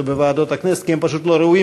או בוועדות הכנסת,